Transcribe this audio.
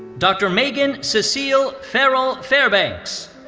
dr. meghan cecile ferrall-fairbanks.